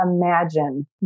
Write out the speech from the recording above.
imagine